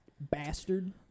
Bastard